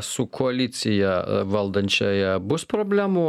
su koalicija valdančiąja bus problemų